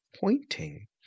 pointing